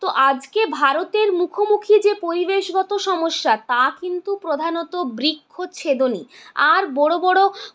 তো আজকে ভারতের মুখোমুখি যে পরিবেশগত সমস্যা তা কিন্তু প্রধানত বৃক্ষচ্ছেদনই আর বড়ো বড়ো